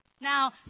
Now